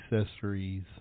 accessories